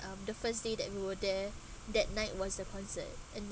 um the first day that we were there that night was the concert and